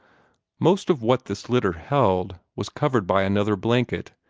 most of what this litter held was covered by another blanket,